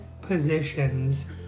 positions